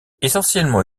essentiellement